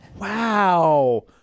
wow